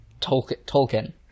Tolkien